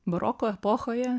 baroko epochoje